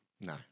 No